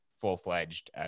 full-fledged